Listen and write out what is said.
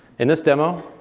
in this demo,